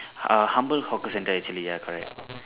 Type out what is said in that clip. a humble hawker centre actually ya correct